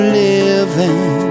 living